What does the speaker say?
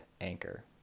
Anchor